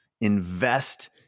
Invest